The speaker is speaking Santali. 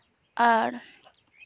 ᱟᱨ